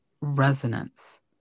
resonance